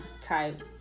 type